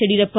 Yediyurappa